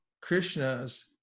Krishna's